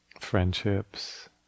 Friendships